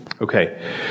Okay